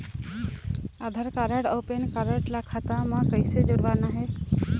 आधार card अऊ PAN card ला खाता म कइसे जोड़वाना हे?